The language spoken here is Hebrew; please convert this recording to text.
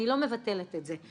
אני לא מבטלת את זה.